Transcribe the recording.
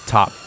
Top